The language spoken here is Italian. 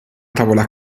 tavola